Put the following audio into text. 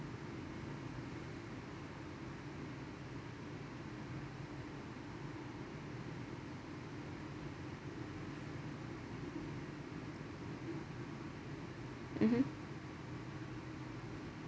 mmhmm